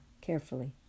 carefully